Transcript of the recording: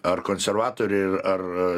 ar konservatoriai ar